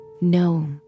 No